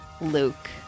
Luke